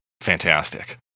Fantastic